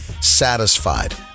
satisfied